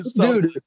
dude